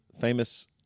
famous